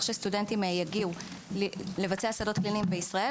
שסטודנטים יגיעו לבצע שדות קליניים בישראל,